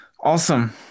awesome